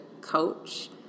coach